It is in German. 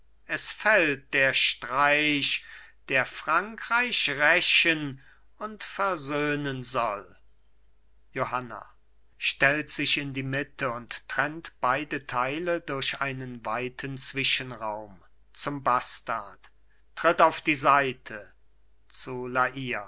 es fällt der streich der frankreich rächen und versöhnen soll johanna stellt sich in die mitte und trennt beide teile durch einen weiten zwischenraum zum bastard tritt auf die seite zu